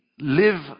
live